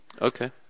Okay